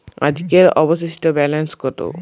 আজকের অবশিষ্ট ব্যালেন্স কত?